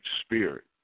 spirit